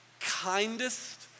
kindest